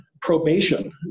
probation